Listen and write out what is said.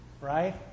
right